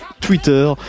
Twitter